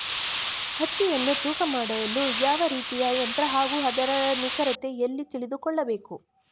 ಹತ್ತಿಯನ್ನು ತೂಕ ಮಾಡಲು ಯಾವ ರೀತಿಯ ಯಂತ್ರ ಹಾಗೂ ಅದರ ನಿಖರತೆ ಎಲ್ಲಿ ತಿಳಿದುಕೊಳ್ಳಬೇಕು?